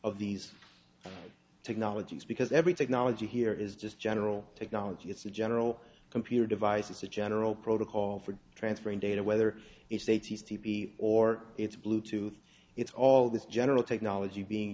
of these technologies because every technology here is just general technology it's a general computer device a general protocol for transferring data whether it's a t c p or it's bluetooth it's all this general technology being